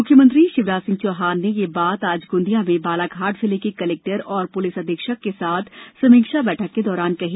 मुख्यमंत्री शिवराज सिंह चौहान ने यह बात आज गोंदिया में बालाघाट जिले के कलेक्टर एवं पुलिस अधीक्षक के साथ समीक्षा बैठक के दौरान कही